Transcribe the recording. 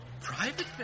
Private